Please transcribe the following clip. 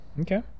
okay